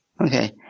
Okay